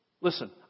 listen